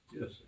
Yes